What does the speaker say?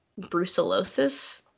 brucellosis